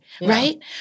right